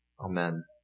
Amen